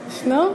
ישנו?